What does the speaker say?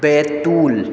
Betul